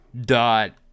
dot